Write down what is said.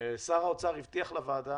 שר האוצר הבטיח לוועדה